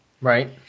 Right